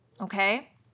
okay